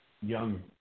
young